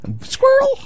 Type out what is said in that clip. Squirrel